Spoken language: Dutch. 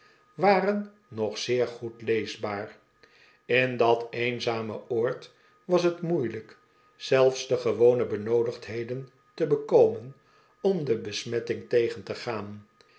waren nog zeer goed leesbaar in dat eenzame oord was t moeieljjk zelfs de gewone benoodigdheden te bekomen om de besmetting tegen te gaan